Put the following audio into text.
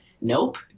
nope